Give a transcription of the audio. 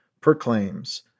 proclaims